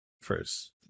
first